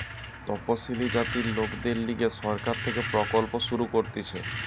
তপসিলি জাতির লোকদের লিগে সরকার থেকে প্রকল্প শুরু করতিছে